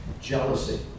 Jealousy